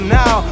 now